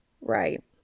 Right